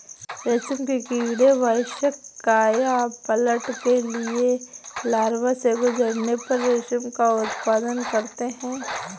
रेशम के कीड़े वयस्क कायापलट के लिए लार्वा से गुजरने पर रेशम का उत्पादन करते हैं